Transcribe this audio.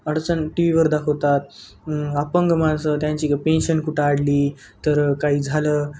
अडचण T V वर दाखवतात अपंग माणसं त्यांची का पेन्शन कुठं अडली तर काही झालं